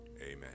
Amen